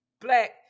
black